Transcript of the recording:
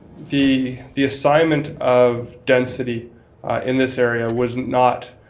the the assignment of density in this area was not